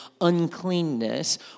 uncleanness